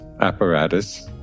apparatus